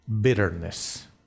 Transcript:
bitterness